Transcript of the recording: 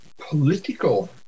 political